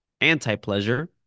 anti-pleasure